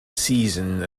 season